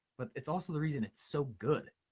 but it's also the reason it's so good.